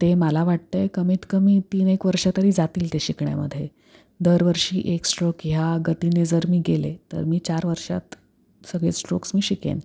ते मला वाटतं आहे कमीत कमी तीन एक वर्षं तरी जातील ते शिकण्यामध्ये दरवर्षी एक स्ट्रोक ह्या गतीने जर मी गेले तर मी चार वर्षात सगळे स्ट्रोक्स मी शिकेन